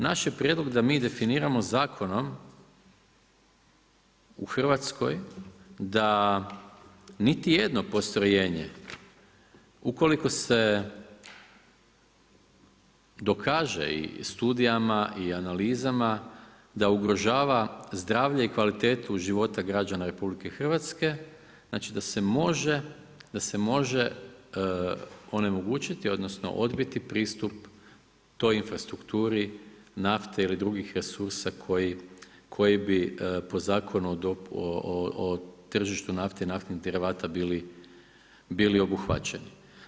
Naš je prijedlog da mi definiramo zakonom u Hrvatskoj da niti jedno postrojenje ukoliko se dokaže i studijama i analizama da ugrožava zdravlje i kvalitetu života građana RH, znači da se može onemogućiti odnosno odbiti pristup toj infrastrukturi nafte ili drugih resursa koji bi po Zakonu o tržištu nafte i naftnih derivata bili obuhvaćeni.